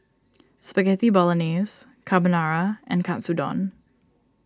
Spaghetti Bolognese Carbonara and Katsudon